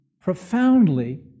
profoundly